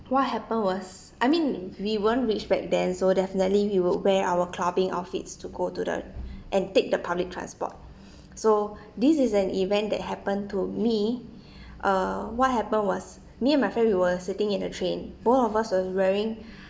what happened was I mean we weren't rich back then so definitely we will wear our clubbing outfits to go to the and take the public transport so this is an event that happened to me uh what happened was me and my friend we were sitting in the train both of us were wearing